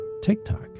TikTok